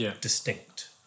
distinct